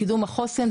לקידום החוסן,